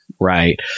right